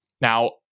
Now